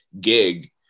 gig